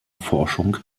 forschung